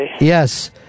Yes